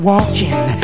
walking